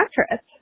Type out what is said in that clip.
actress